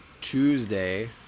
Tuesday